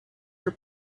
your